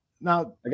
Now